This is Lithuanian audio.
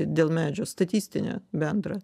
dėl medžių statistinę bendrą